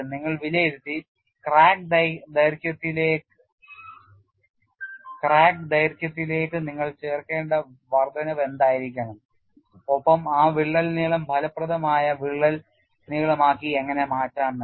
നിങ്ങൾ വിലയിരുത്തി ക്രാക്ക് ദൈർഘ്യത്തിലേക്ക് നിങ്ങൾ ചേർക്കേണ്ട വർദ്ധനവ് എന്തായിരിക്കണം ഒപ്പം ആ വിള്ളൽ നീളം ഫലപ്രദമായ വിള്ളൽ നീളമാക്കി എങ്ങനെ മാറ്റാം എന്ന്